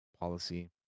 policy